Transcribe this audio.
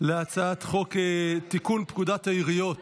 הצעת חוק לתיקון פקודת העיריות